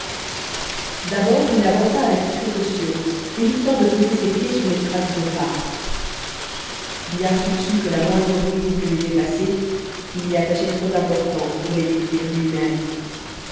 d'abord il avança avec précaution évitant de poser ses pieds sur les traces de pas bien qu'il sût que la moindre brise dût les effacer il y attachait trop d'importance pour les détruire luimême